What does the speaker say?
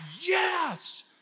yes